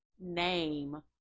name